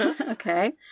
Okay